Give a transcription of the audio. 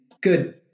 good